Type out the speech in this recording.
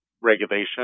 regulation